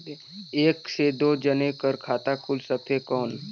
एक से दो जने कर खाता खुल सकथे कौन?